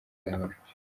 zabanje